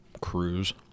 Cruise